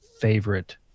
favorite